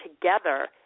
together